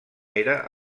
era